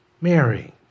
Mary